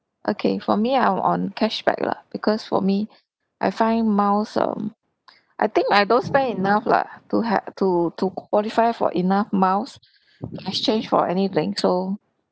okay for me I'm on cashback lah because for me I find miles um I think I don't spend enough lah to have to to qualify for enough miles in exchange for anything so